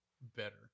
better